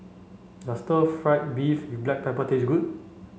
does stir fried beef with black pepper taste good